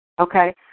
Okay